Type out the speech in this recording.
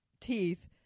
teeth